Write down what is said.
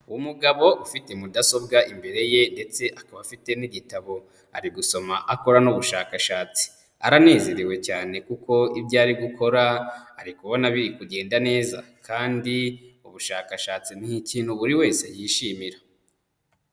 Umugabo ufite mudasobwa imbere ye ndetse akaba afite n'igitabo, ari gusoma akora n'ubushakashatsi, aranezerewe cyane kuko ibyo ari gukora ari kubona biri kugenda neza kandi ubushakashatsi ni ikintu buri wese yishimira.